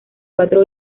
cuatro